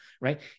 right